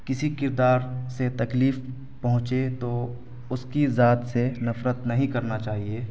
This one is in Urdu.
کسی کردار سے تکلیف پہنچے تو اس کی ذات سے نفرت نہیں کرنا چاہیے